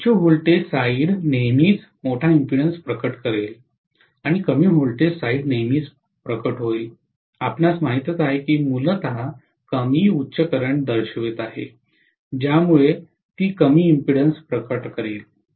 तर उच्च voltage side नेहमीच मोठा इम्पीडेन्सस प्रकट करेल आणि कमी व्होल्टेज साइड नेहमीच प्रकट होईल आपणास माहित आहे की ते मूलत कमी उच्च करंट दर्शवित आहे ज्यामुळे ती कमी इम्पीडेन्सस प्रकट करेल